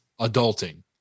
adulting